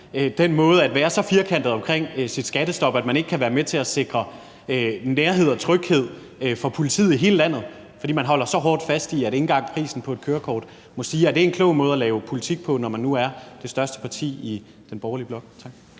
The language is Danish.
den måde at være så firkantet omkring sit skattestop på, at man ikke kan være med til at sikre nærhed og tryghed i forhold til politiet i hele landet, fordi man holder så hårdt fast i, at ikke engang prisen på et kørekort må stige. Er det en klog måde at lave politik på, når man nu er det største parti i den borgerlige blok?